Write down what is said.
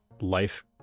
life